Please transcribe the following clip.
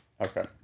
okay